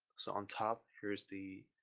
so on top, here's the,